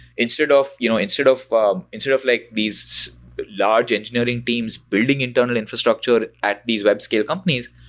instead of you know and sort of um instead of like these large engineering teams building internal infrastructure at these web scale companies,